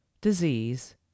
disease